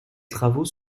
travaux